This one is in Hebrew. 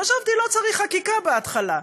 חשבתי שלא צריך חקיקה, בהתחלה.